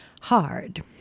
hard